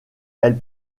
elle